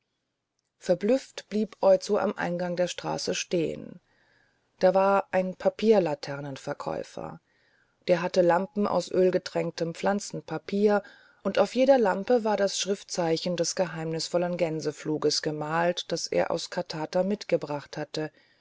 verblüfft blieb oizo am eingang der straße stehen da war ein papierlaternenverkäufer der hatte lampen aus ölgetränktem pflanzenpapier und auf jeder lampe war das schriftzeichen des geheimnisvollen gänsefluges gemalt das er aus katata mitgebracht hatte